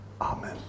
Amen